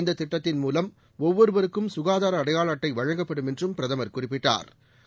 இந்த திட்டத்தின் மூலம் ஒவ்வொருக்கும் சுகாதார அடையாள அட்டை வழங்கப்படும் என்றும் பிரதமர் குறிப்பிட்டா்